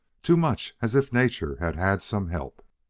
too much as if nature had had some help!